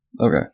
Okay